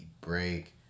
break